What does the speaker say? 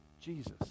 Jesus